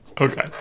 Okay